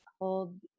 hold